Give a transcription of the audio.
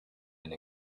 been